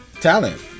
talent